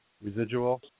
residual